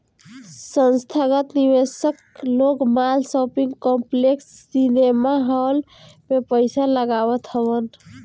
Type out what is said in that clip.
संथागत निवेशक लोग माल, शॉपिंग कॉम्प्लेक्स, सिनेमाहाल में पईसा लगावत हवन